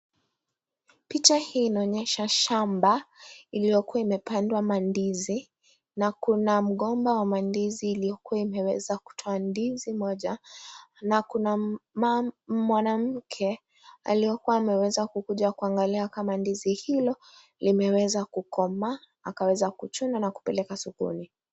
Picha hii inaonyesha shamba iliyokuwa imepandwa mandizi. Na kuna mgomba wa mandizi iliyokuwa imeweza kutoa ndizi moja na kuna mwanamke aliokuwa ameweza kukuja kuangalia kama ndizi hilo limeweza kukomaa akaweza kuchuna na kupeleka sokoni.